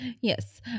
Yes